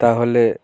তাহলে